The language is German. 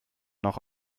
noch